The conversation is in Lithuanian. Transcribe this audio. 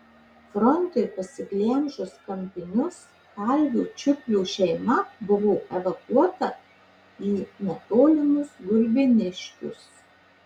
frontui pasiglemžus kampinius kalvio čiuplio šeima buvo evakuota į netolimus gulbiniškius